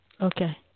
Okay